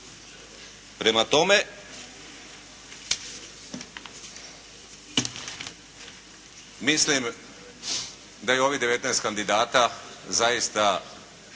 Prema tome, mislim da je ovih 19 kandidata zaista